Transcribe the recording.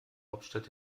hauptstadt